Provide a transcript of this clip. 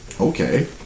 okay